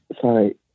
Sorry